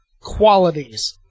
qualities